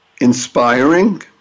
inspiring